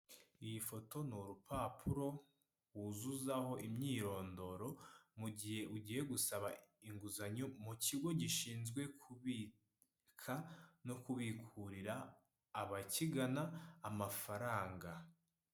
Iyi foto ni urupapuro wuzuzaho imyirondoro mu gihe ugiye gusaba inguzanyo mu kigo gishinzwe kubika no kubikurira abakigana amafaranga.